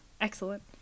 excellent